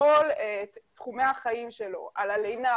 אז בהמשך לדברים שנאמרו כאן מקודם אנחנו חושבים שהדרך